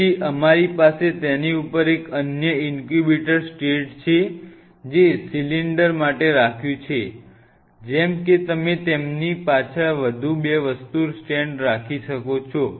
તેથી અમારી પાસે તેની ઉપર એક અન્ય ઇન્ક્યુબેટર સ્ટેટ છે જે સિલિન્ડર માટે રાખ્યું છે જેમ કે તમે તેમની પાછળ બે વધુ સ્ટેન્ડ રાખો